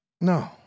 No